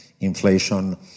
Inflation